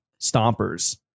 stompers